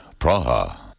Praha